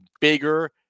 bigger